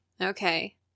Okay